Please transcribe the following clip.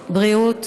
הבריאות,